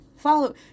Follow